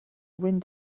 wind